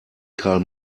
karl